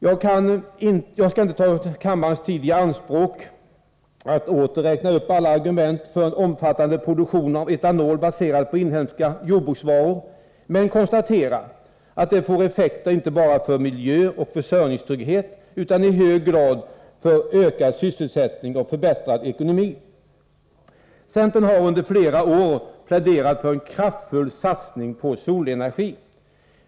Jag skall inte ta kammarens tid i anspråk för att åter räkna upp alla argument för en omfattande produktion av etanol, baserad på inhemska jordbruksråvaror, men konstatera att det får effekter inte bara för miljö och försörjningstrygghet utan i hög grad också för ökad sysselsättning och förbättrad ekonomi. Centern har under flera år pläderat för en kraftfull satsning på solenergi.